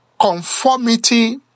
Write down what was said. conformity